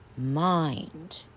mind